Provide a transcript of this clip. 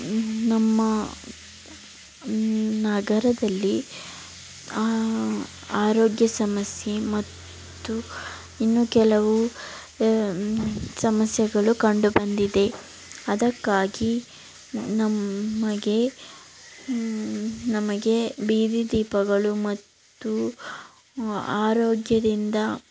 ನಮ್ಮ ನಗರದಲ್ಲಿ ಆರೋಗ್ಯ ಸಮಸ್ಯೆ ಮತ್ತು ಇನ್ನೂ ಕೆಲವು ಸಮಸ್ಯೆಗಳು ಕಂಡು ಬಂದಿದೆ ಅದಕ್ಕಾಗಿ ನಮಗೆ ನಮಗೆ ಬೀದಿ ದೀಪಗಳು ಮತ್ತು ಆರೋಗ್ಯದಿಂದ